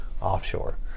offshore